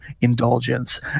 indulgence